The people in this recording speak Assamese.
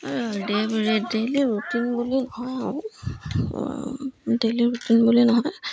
ডেই ডেইলি ৰুটিন বুলি নহয় আৰু ডেইলি ৰুটিন বুলি নহয়